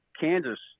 Kansas